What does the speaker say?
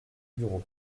bureau